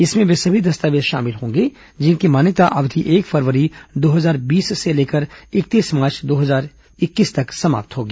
इसमें वे सभी दस्तावेज शामिल होंगे जिनकी मान्यता अवधि एक फरवरी दो हजार बीस से लेकर इकतीस मार्च दो हजार इक्कीस तक समाप्त होगी